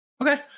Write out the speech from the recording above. Okay